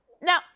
Now